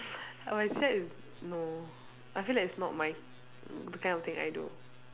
but silat is no I feel like it's not my the kind of thing I do